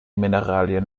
mineralien